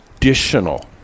Additional